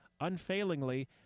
unfailingly